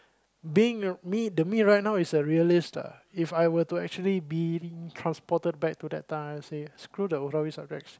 being uh being the me right now is a realist ah If I were to actually be transported back to the time say screw the Arabic subjects